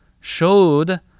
showed